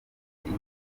ihiye